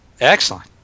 Excellent